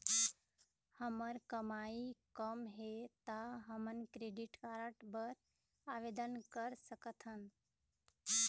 हमर कमाई कम हे ता हमन क्रेडिट कारड बर आवेदन कर सकथन?